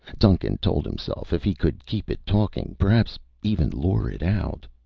duncan told himself. if he could keep it talking, perhaps even lure it out